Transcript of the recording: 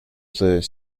the